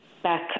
Back